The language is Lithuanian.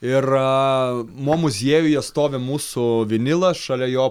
ir mo muziejuje stovi mūsų vinilas šalia jo